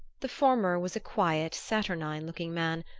the former was a quiet saturnine-looking man,